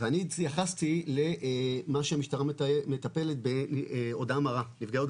ואני התייחסתי למה שהמשטרה מטפלת "בהודעה מרה" ונפגעיה,